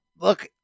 look